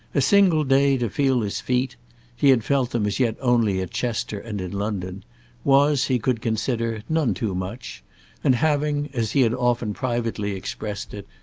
a single day to feel his feet he had felt them as yet only at chester and in london was he could consider, none too much and having, as he had often privately expressed it,